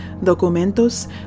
documentos